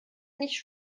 nicht